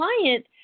client